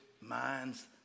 minds